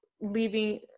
leaving